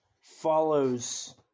follows